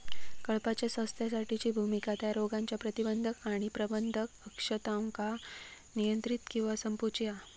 कळपाच्या स्वास्थ्यासाठीची भुमिका त्या रोगांच्या प्रतिबंध आणि प्रबंधन अक्षमतांका नियंत्रित किंवा संपवूची हा